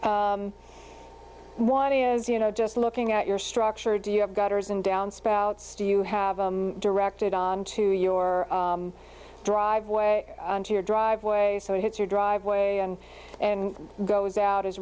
one is you know just looking at your structure do you have gutters and downspouts do you have them directed onto your driveway onto your driveway so it hits your driveway and and goes out